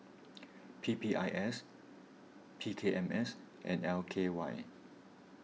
P P I S P K M S and L K Y